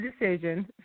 decision